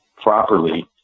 properly